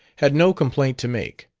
had no complaint to make.